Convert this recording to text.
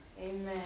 Amen